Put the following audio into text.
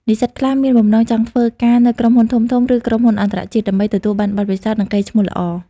និស្សិតខ្លះមានបំណងចង់ធ្វើការនៅក្រុមហ៊ុនធំៗ ឬក្រុមហ៊ុនអន្តរជាតិ ដើម្បីទទួលបានបទពិសោធន៍ និងកេរ្តិ៍ឈ្មោះល្អ។